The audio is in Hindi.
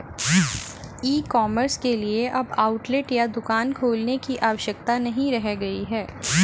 ई कॉमर्स के लिए अब आउटलेट या दुकान खोलने की आवश्यकता नहीं रह गई है